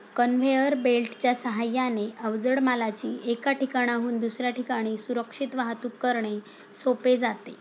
conveyor बेल्टच्या साहाय्याने अवजड मालाची एका ठिकाणाहून दुसऱ्या ठिकाणी सुरक्षित वाहतूक करणे सोपे जाते